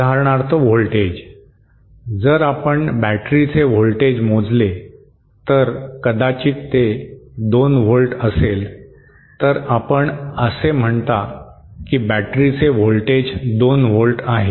उदाहरणार्थ व्होल्टेज जर आपण बॅटरीचे व्होल्टेज मोजले तर कदाचित ते 2 व्होल्ट असेल तर आपण असे म्हणता की बॅटरीचे व्होल्टेज 2 व्होल्ट आहे